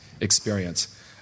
experience